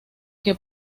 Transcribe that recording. que